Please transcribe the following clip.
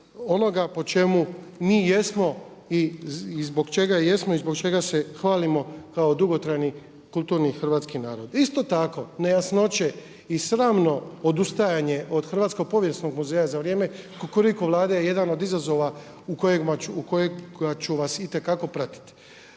zbog čega jesmo i zbog čega se hvalimo kao dugotrajni kulturni hrvatski narod. Isto tako nejasnoće i sramno odustajanje od hrvatsko-povijesnog muzeja za vrijeme Kukuriku vlade je jedan od izazova u kojima ću vas itekako pratiti.